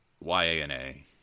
Y-A-N-A